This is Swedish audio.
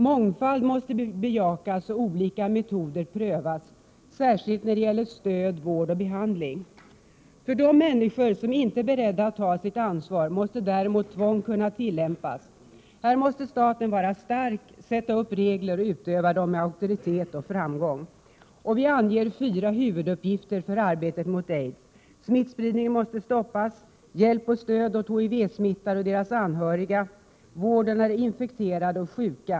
Mångfald måste bejakas och olika metoder prövas särskilt när det gäller stöd, vård och behandling. För de få människor som inte är beredda att ta sitt ansvar måste däremot tvång kunna tillämpas. Här måste staten vara stark: sätta upp fasta regler och utöva dem med auktoritet och framgång.” Vi anger i motionen fyra huvuduppgifter för arbetet mot aids: 1. Att stoppa smittspridningen. 2. Hjälp och stöd åt de HIV-smittade och deras anhöriga. 3. Vården av de HIV-infekterade och aids-sjuka.